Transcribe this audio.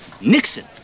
Nixon